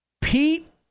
Pete